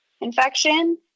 infection